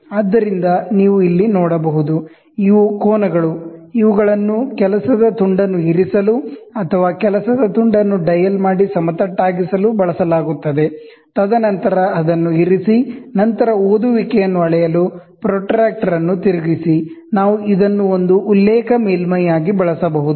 ಆದ್ದರಿಂದ ನೀವು ಇಲ್ಲಿ ನೋಡಬಹುದು ಇವು ಕೋನಗಳು ಇವುಗಳನ್ನು ವರ್ಕ್ ಪೀಸ್ ನ್ನು ಇರಿಸಲು ಅಥವಾ ವರ್ಕ್ ಪೀಸ್ ನ್ನು ಡಯಲ್ ಮಾಡಿ ಸಮತಟ್ಟಾಗಿಸಲು ಬಳಸಲಾಗುತ್ತದೆ ತದನಂತರ ಅದನ್ನು ಇರಿಸಿ ನಂತರ ಓದುವಿಕೆಯನ್ನು ಅಳೆಯಲು ಪ್ರೊಟ್ರಾಕ್ಟರ್ ಅನ್ನು ತಿರುಗಿಸಿ ನಾವು ಇದನ್ನು ಒಂದು ಉಲ್ಲೇಖ ಮೇಲ್ಮೈ ಆಗಿ ಬಳಸಬಹುದು